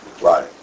Right